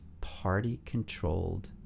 party-controlled